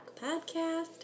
Podcast